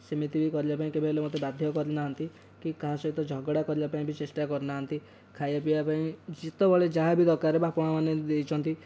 ସେମିତି ବି କରିବା ପାଇଁ ମୋତେ କେବେ ହେଲେ ମୋତେ ବାଧ୍ୟ କରି ନାହାନ୍ତି କି କାହା ସହିତ ଝଗଡ଼ା କରିବା ପାଇଁ ବି ଚେଷ୍ଟା କରି ନାହାନ୍ତି ଖାଇବା ପିଇବା ପାଇଁ ଯେତେବେଳେ ଯାହା ବି ଦରକାର ବାପା ମା'ମାନେ ଦେଇଛନ୍ତି